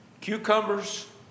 cucumbers